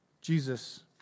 Jesus